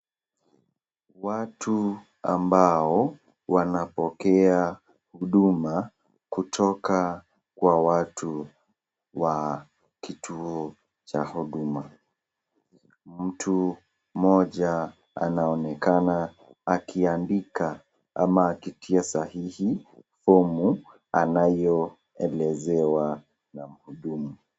Watu ambao wanapokea huduma kutoka kwa watu wa kituo cha huduma. Mtu mmoja anaonekana akiandika ama akitia sahihi fomu anayoelezewa na mhudumu.